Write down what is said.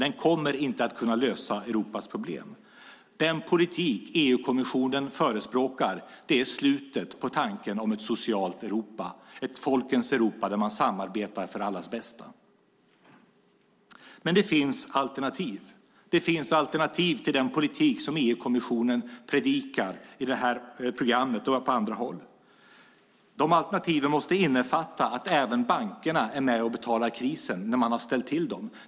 Den kommer inte att kunna lösa Europas problem. Den politik som EU-kommissionen förespråkar är slutet på tanken om ett socialt Europa, ett folkens Europa där man samarbetar för allas bästa. Men det finns alternativ till den politik som EU-kommissionen predikar i detta program och på andra håll. De alternativen måste innefatta att även bankerna är med och betalar krisen när de har ställt till det.